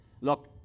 look